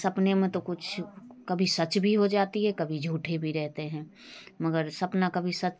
सपने में तो कुछ कभी सच भी हो जाता है कभी झूठे भी रहते हैं मगर सपना कभी सच